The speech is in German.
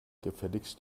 gefälligst